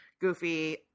goofy